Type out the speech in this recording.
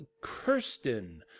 kirsten